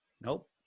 Nope